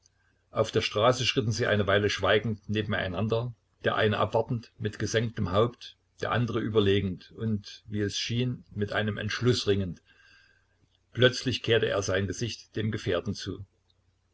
auf der straße schritten sie eine weile schweigend nebeneinander der eine abwartend mit gesenktem haupt der andere überlegend und wie es schien mit einem entschluß ringend plötzlich kehrte er sein gesicht dem gefährten zu